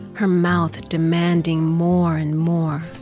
her mouth demanding more and more.